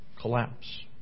collapse